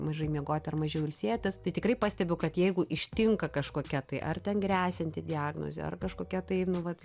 mažai miegoti ar mažiau ilsėtis tai tikrai pastebiu kad jeigu ištinka kažkokia tai ar ten gresianti diagnozė ar kažkokia tai nu vat